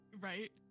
Right